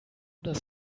does